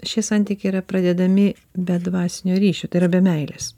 šie santykiai yra pradedami be dvasinio ryšio tai yra be meilės